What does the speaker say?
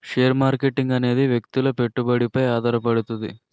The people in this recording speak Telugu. షేర్ మార్కెటింగ్ అనేది వ్యక్తుల పెట్టుబడిపై ఆధారపడుతది